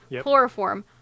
Chloroform